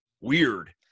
weird